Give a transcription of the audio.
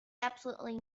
absolutely